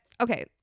okay